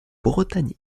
bretagne